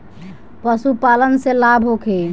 पशु पालन से लाभ होखे?